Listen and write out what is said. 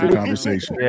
conversation